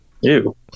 ew